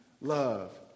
love